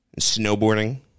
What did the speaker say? snowboarding